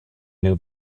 new